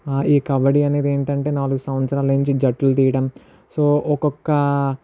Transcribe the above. ఈ కబడ్డీ అనేది ఏంటి అంటే నాలుగు సంవత్సరాలు నుంచి జట్లు తీయటం సో ఒక్కొక్క